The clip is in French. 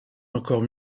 encore